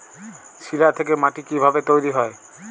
শিলা থেকে মাটি কিভাবে তৈরী হয়?